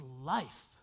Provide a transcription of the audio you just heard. life